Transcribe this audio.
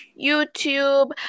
youtube